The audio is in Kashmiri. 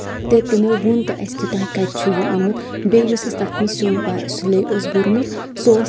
تہٕ تِمو ووٚن تہٕ اسہِ کہِ تۄہہِ کَتہِ چھُو یہِ اوٚنمُت بیٚیہِ یُس اَسہِ تَتھ منٛز سیُن سُلی اوس بوٚرمُت سُہ اوس